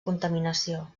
contaminació